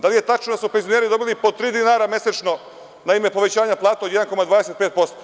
Da li je tačno da su penzioneri dobili po tri dinara mesečno na ime povećanja plata od 1,25%